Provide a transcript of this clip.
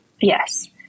Yes